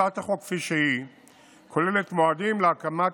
הצעת החוק כפי שהיא כוללת מועדים להקמת